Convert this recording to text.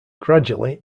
gradually